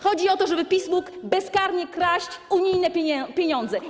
Chodzi o to, żeby PiS mógł bezkarnie kraść unijne pieniądze.